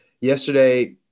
yesterday